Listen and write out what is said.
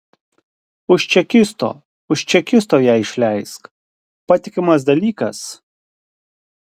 už čekisto už čekisto ją išleisk patikimas dalykas